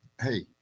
Hey